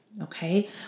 okay